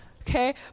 okay